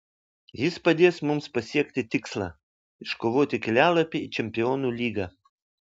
jis padės mums pasiekti tikslą iškovoti kelialapį į čempionų lygą